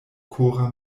kora